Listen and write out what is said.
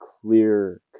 clear